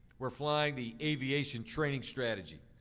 we're flying the aviation training strategy.